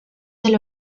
del